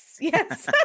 Yes